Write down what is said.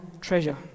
treasure